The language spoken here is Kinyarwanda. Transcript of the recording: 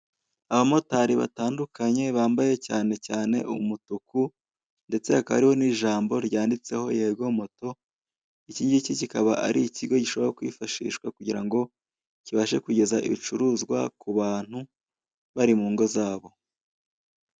Abamotari batandukanye bambaye cyane cyane umutuku ndetse hakaba hariho n'ijambo ryanditseho yego moto ikingiki kikaba ar'ikigo gishobora kwifashishwa kugira ngo kibashe kugeza ibicuruzwa ku bantu bari mu ngo zabo.